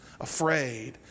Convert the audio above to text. afraid